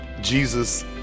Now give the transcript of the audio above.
Jesus